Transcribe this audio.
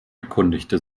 erkundigte